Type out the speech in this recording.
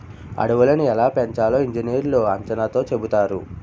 అడవులని ఎలా పెంచాలో ఇంజనీర్లు అంచనాతో చెబుతారు